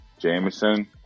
jameson